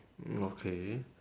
okay